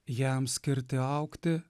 jam skirti augti